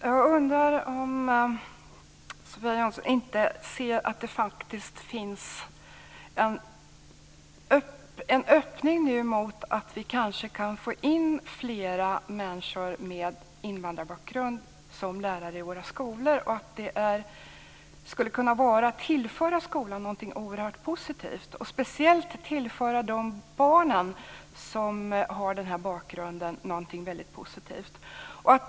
Herr talman! Ser inte Sofia Jonsson att det nu faktiskt finns en öppning mot att vi kanske kan få in fler människor med invandrarbakgrund som lärare vid våra skolor och att det skulle kunna tillföra skolan någonting oerhört positivt? Speciellt skulle de barn som har den här bakgrunden tillföras någonting som är väldigt positivt.